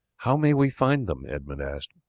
how may we find them? edmund asked.